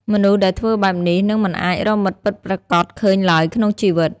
មនុស្សដែលធ្វើបែបនេះ នឹងមិនអាចរកមិត្តពិតប្រាកដឃើញឡើយក្នុងជីវិត។